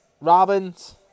robins